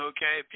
Okay